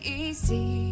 easy